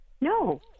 no